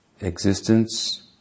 existence